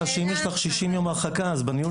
כך שאם יש לך 60 יום הרחקה אז בניהול